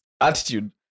attitude